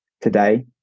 today